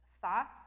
thoughts